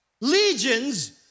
Legions